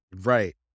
Right